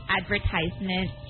advertisement